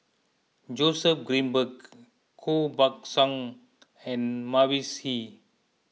Joseph Grimberg Koh Buck Song and Mavis Hee